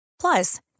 Plus